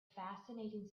fascinating